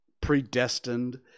predestined